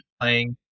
playing